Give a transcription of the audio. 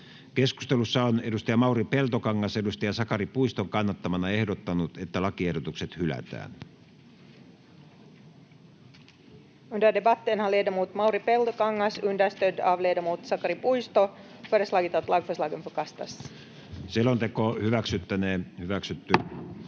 Keskustelussa on Mauri Peltokangas Sakari Puiston kannattamana ehdottanut, että lakiehdotukset hylätään. Ainoaan käsittelyyn